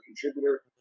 contributor